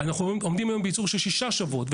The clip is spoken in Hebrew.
אנחנו עומדים היום בייצור של שישה שבועות.